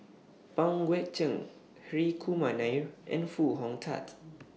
Pang Guek Cheng Hri Kumar Nair and Foo Hong Tatt